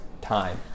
time